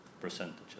percentages